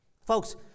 Folks